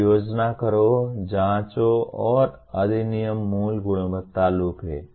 तो योजना करो जांचो और अधिनियम मूल गुणवत्ता लूप है